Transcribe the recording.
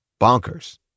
bonkers